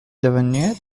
devenue